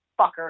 fucker